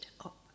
up